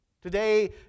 today